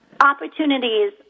opportunities